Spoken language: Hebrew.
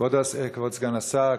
כבוד סגן השר,